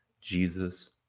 Jesus